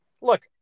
look